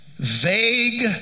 Vague